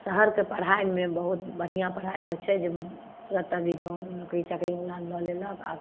शहरके पढ़ाइमे बहुत बढ़िआँ पढ़ाइ होइ छै जाहिमे तुरन्त अभी जॉब नोकरी चाकरी लऽ लेलक आओर